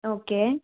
okay